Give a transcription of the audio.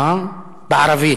בערבית.